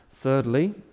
Thirdly